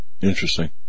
Interesting